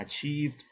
achieved